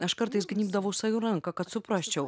aš kartais gnybdavau sau į ranką kad suprasčiau